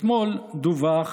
אתמול דווח